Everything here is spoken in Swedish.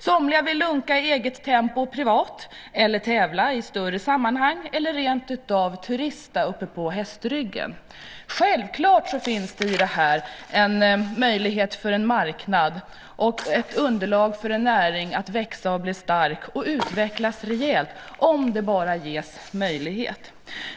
Somliga vill lunka i eget tempo privat, andra vill tävla i större sammanhang och ytterligare andra vill rentav turista uppe på hästryggen. Självklart finns det i detta en möjlighet för en marknad och ett underlag för en näring att växa, bli stark och utvecklas rejält, om den bara ges möjlighet.